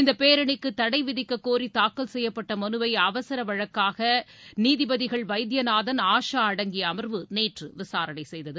இந்தப் பேரணிக்கு தடை விதிக்கக்கோரி தாக்கல் செய்யப்பட்ட மனுவை அவசர வழக்காக நீதிபதிகள் வைத்தியநாதன் ஆஷா அடங்கிய அமர்வு நேற்று விசாரணை செய்தது